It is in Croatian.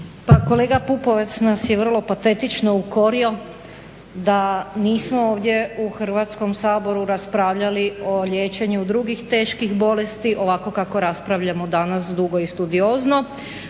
kolega Pupovac nas je vrlo patetično ukorio da nismo ovdje u Hrvatskom saboru raspravljali o liječenju drugih teških bolesti ovako kako raspravljamo danas dugo i studiozno